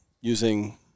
using